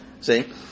See